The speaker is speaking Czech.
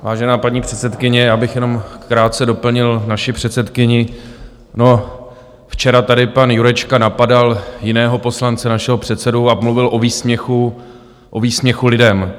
Vážená paní předsedkyně, já bych jenom krátce doplnil naši předsedkyni: včera tady pan Jurečka napadal jiného poslance, našeho předsedu, a mluvil o výsměchu lidem.